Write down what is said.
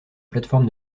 plateforme